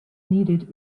needed